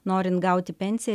norint gauti pensiją